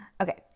Okay